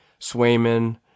Swayman